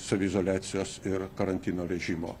saviizoliacijos ir karantino režimo